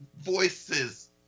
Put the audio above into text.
voices